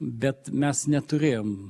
bet mes neturėjom